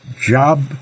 job